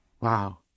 Wow